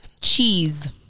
cheese